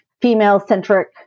Female-centric